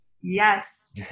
Yes